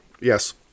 Yes